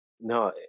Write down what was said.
no